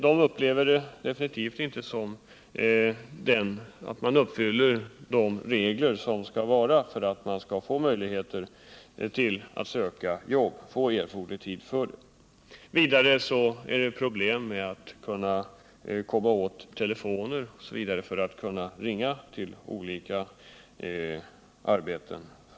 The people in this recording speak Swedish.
De upplever det definitivt inte så att gällande regler om möjlighet till erforderlig ledighet för att söka arbete följs. De har också bl.a. svårigheter med att komma åt telefon när de skall söka arbete.